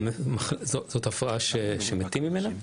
זו הפרעה שמתים ממנה.